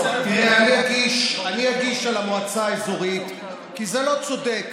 תראה, אני אגיש על המועצה האזורית, כי זה לא צודק.